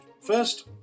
first